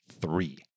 three